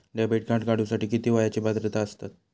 Debit card काढूसाठी किती वयाची पात्रता असतात?